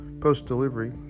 post-delivery